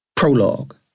Prologue